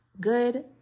good